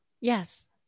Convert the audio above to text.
Yes